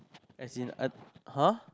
as in a [huh]